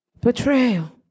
Betrayal